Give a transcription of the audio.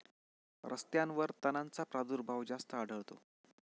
रस्त्यांवर तणांचा प्रादुर्भाव जास्त आढळतो